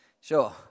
Sure